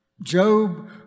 Job